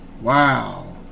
Wow